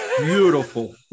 beautiful